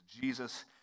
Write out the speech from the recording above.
Jesus